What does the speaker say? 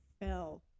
fell